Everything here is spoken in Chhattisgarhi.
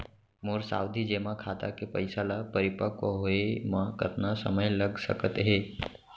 मोर सावधि जेमा खाता के पइसा ल परिपक्व होये म कतना समय लग सकत हे?